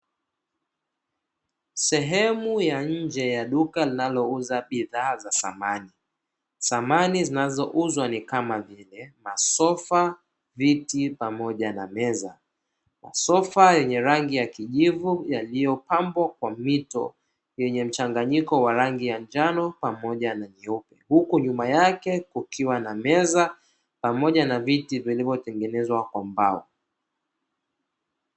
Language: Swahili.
Sehemu ya nje ya duka linalouza bidhaa za samani thamani zinazouzwa ni kama vile masofa viti pamoja na meza, sofa yenye rangi ya kijivu yaliyo pambwa kwa mito yenye mchanganyiko wa rangi ya njano pamoja na nyeupe, huko nyuma yake kukiwa na meza pamoja na viti vilivyotengenezwa kwa mbao.